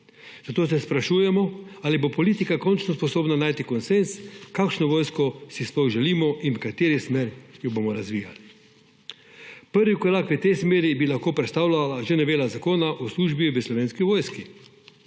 Zato se sprašujemo, ali bo politika končno sposobna najti konsenz, kakšno vojsko si sploh želimo in v kateri smeri jo bomo razvijali. Prvi korak v tej smeri bi lahko predstavljala že novela Zakona o službi v Slovenski vojski.